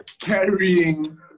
Carrying